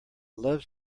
loves